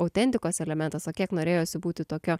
autentikos elementas o kiek norėjosi būti tokiu